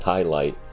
Highlight